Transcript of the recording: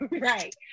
right